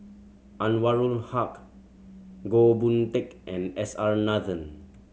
Anwarul Haque Goh Boon Teck and S R Nathan